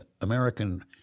American